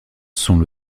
sont